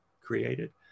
created